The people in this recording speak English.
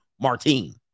Martine